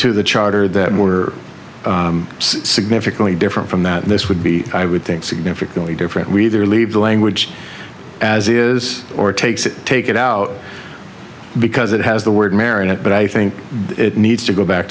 to the charter that were significantly different from that this would be i would think significantly different we either leave the language as is or takes it take it out because it has the word marriage but i think it needs to go back